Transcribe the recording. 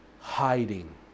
hiding